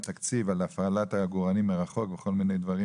הפעלת העגורנים מרחוק וכל מיני דברים,